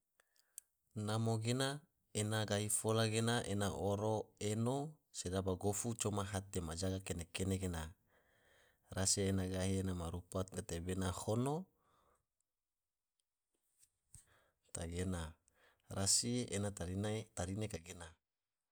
Namo gena ena gahi fola gena ena oro eno sedaba gofu, coma hate majaga ma kene-kene gena rasi ene gahi ena ma rupa gatebena hono tagena rasi ena tarine kagena.